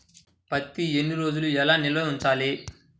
పత్తి ఎన్ని రోజులు ఎలా నిల్వ ఉంచాలి?